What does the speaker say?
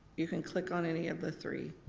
you can click on any of the three.